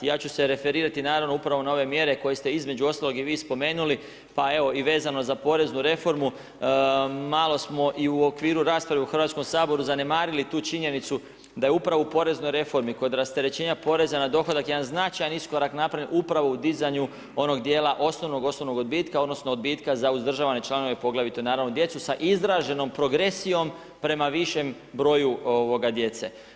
Ja ću se referirati naravno upravo na ove mjere koje ste između ostalog i vi spomenuli, pa evo i vezano za poreznu reformu malo smo i u okviru rasprave u Hrvatskom saboru zanemarili tu činjenicu da je upravo u poreznoj reformi kod rasterećenja poreza na dohodak jedan značajni iskorak napravljen upravo u dizanju onog dijela osnovnog, osnovnog odbitka, odnosno odbitka za uzdržavane članove poglavito naravno djecu sa izraženom progresijom prema višem broju djece.